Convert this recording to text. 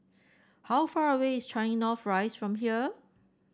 how far away is Changi North Rise from here